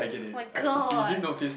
oh-my-god